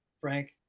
Frank